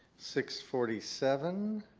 six forty seven.